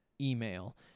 email